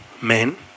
men